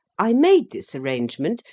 i made this arrangement,